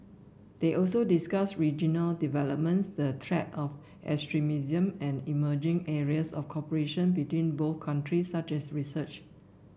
they also discussed regional developments the threat of extremism and emerging areas of cooperation between both countries such as research